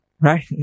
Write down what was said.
Right